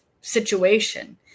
situation